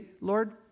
Lord